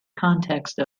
context